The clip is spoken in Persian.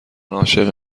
عاشق